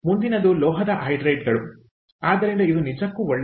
ಮುಂದಿನದು ಲೋಹದ ಹೈಡ್ರೈಡ್ಗಳು ಆದ್ದರಿಂದ ಇದು ನಿಜಕ್ಕೂ ಒಳ್ಳೆಯದು